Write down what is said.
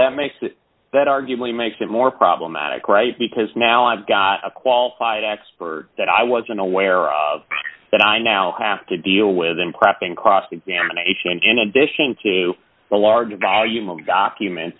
that makes that arguably makes it more problematic right because now i've got a qualified expert that i wasn't aware of that i now have to deal with and crap in cross examination and in addition to the large volume of documents